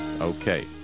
Okay